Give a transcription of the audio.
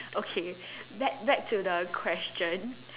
okay back back to the question